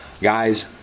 guys